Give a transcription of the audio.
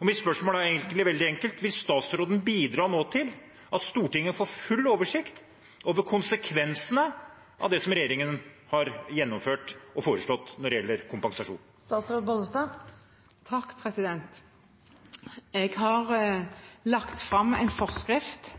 Og mitt spørsmål er veldig enkelt: Vil statsråden nå bidra til at Stortinget får full oversikt over konsekvensene av det som regjeringen har gjennomført og foreslått når det gjelder kompensasjon? Jeg har lagt fram en forskrift